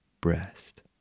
breast